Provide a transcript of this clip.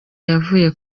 yavuye